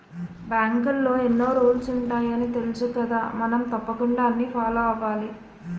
బాంకులో ఎన్నో రూల్సు ఉంటాయని తెలుసుకదా మనం తప్పకుండా అన్నీ ఫాలో అవ్వాలి